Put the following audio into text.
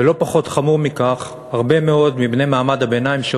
ולא פחות חמור מכך, הרבה מאוד מבני מעמד הביניים,